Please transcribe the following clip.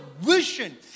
vision